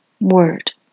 word